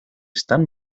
están